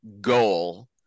goal